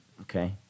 Okay